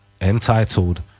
entitled